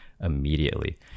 immediately